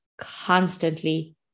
constantly